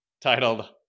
titled